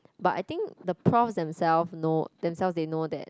but I think the prof themselves know themselves they know that